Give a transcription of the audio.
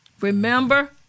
Remember